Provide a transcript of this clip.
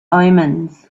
omens